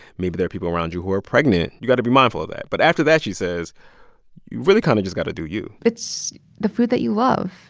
maybe there are people around you who are pregnant. you got to be mindful of that. but after that, she says, you really kind of just got to do you it's the food that you love.